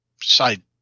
side